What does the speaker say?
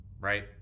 right